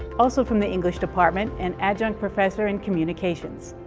also from the english department, and adjunct professor in communications.